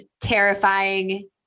terrifying